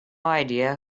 idea